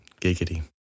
Giggity